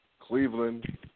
Cleveland